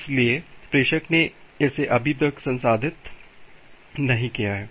इसलिए प्रेषक ने इसे अभी तक संसाधित नहीं किया है